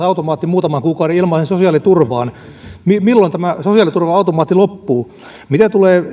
automaatti muutaman kuukauden ilmaiseen sosiaaliturvaan milloin tämä sosiaaliturva automaatti loppuu mitä tulee